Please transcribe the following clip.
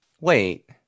wait